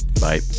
bye